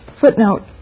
Footnote